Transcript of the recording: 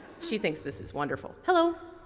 she thinks this is wonderful. hello.